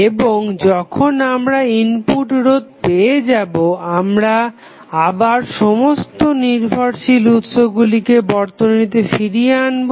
এবং যখন আমরা ইনপুট রোধ পেয়ে যাবো আমরা আবার সমস্ত নির্ভরশীল উৎসগুলিকে বর্তনীতে ফিরিয়ে আনবো